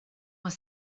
were